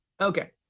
Okay